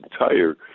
entire